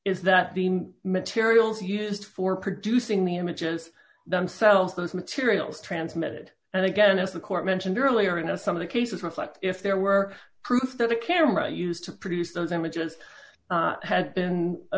is that the materials used for producing the images themselves those materials transmitted and again as the court mentioned earlier in a some of the cases reflect if there were proof that the camera used to produce those images had been a